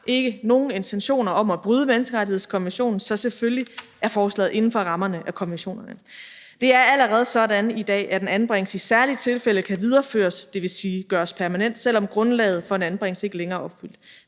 ikke nogen intentioner om at bryde menneskerettighedskonventionen, så selvfølgelig er forslaget inden for rammerne af konventionen. Det er allerede sådan i dag, at en anbringelse i særlige tilfælde kan videreføres, dvs. gøres permanent, selv om grundlaget for en anbringelse ikke længere er opfyldt.